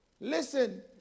listen